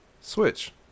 Switch